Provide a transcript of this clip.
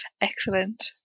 Excellent